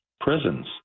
prisons